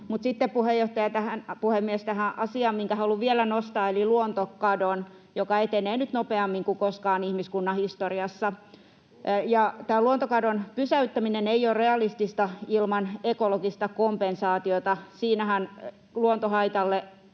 Mutta, sitten puhemies, tähän asiaan, minkä haluan vielä nostaa eli luontokatoon: se etenee nyt nopeammin kuin koskaan ihmiskunnan historiassa. [Petri Huru: Joo, suojellaan kaikki!] Luontokadon pysäyttäminen ei ole realistista ilman ekologista kompensaatiota. Siinähän luontohaitalle